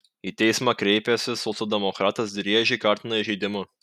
į teismą kreipęsis socialdemokratas driežį kaltina įžeidimu